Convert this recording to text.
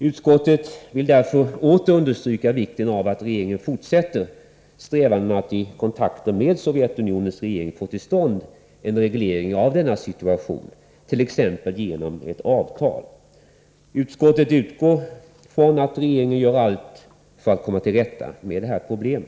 Utskottet vill därför åter understryka vikten av att regeringen fortsätter strävandena att i kontakter med Sovjetunionens regering få till stånd en reglering av denna situation, t.ex. genom ett avtal. Utskottet utgår från att regeringen gör allt för att komma till rätta med detta problem.